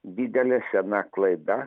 didelė sena klaida